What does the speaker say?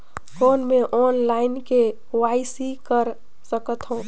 कौन मैं online KYC कर सकथव?